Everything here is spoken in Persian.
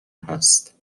هست